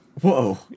Whoa